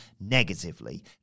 negatively